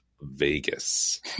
Vegas